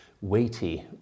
weighty